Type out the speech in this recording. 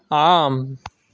आम्